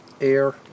air